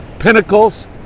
pinnacles